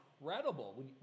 incredible